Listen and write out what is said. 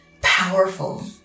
powerful